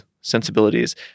sensibilities